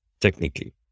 Technically